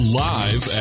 live